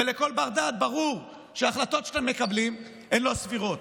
ולכל בר-דעת ברור שההחלטות שאתם מקבלים הן לא סבירות.